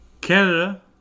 Canada